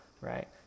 right